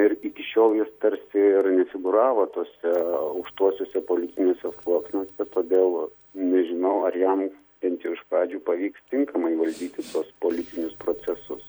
ir iki šiol jis tarsi ir nefigūravo tuose aukštuosiuose politiniuose sluoksniuose todėl nežinau ar jam bent jau iš pradžių pavyks tinkamai valdyti tuos politinius procesus